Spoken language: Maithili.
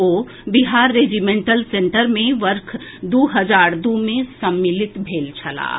ओ बिहार रेजिमेंटल सेन्टर मे वर्ष दू हजार दू मे सम्मिलित भेल छलाह